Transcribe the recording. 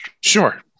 Sure